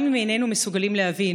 גם אם איננו מסוגלים להבין,